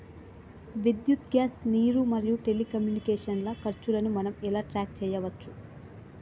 విద్యుత్ గ్యాస్ నీరు మరియు టెలికమ్యూనికేషన్ల ఖర్చులను మనం ఎలా ట్రాక్ చేయచ్చు?